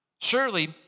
Surely